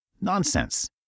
Nonsense